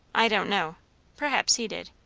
i don't know perhaps he did.